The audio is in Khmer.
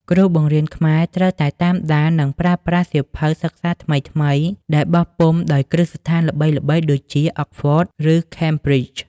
គ្រូបង្រៀនខ្មែរត្រូវតែតាមដាន និងប្រើប្រាស់សៀវភៅសិក្សាថ្មីៗដែលបោះពុម្ពដោយគ្រឹះស្ថានល្បីៗដូចជា Oxford ឬ Cambridge។